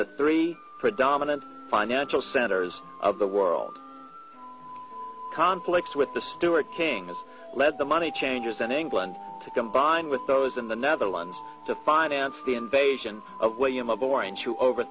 the three predominant financial centers of the world conflicts with the stuart king led the money changers in england to combine with those in the netherlands to finance the invasion of william of orange who over